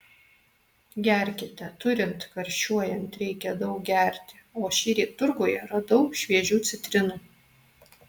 gerkite turint karščiuojant reikia daug gerti o šįryt turguje radau šviežių citrinų